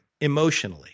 emotionally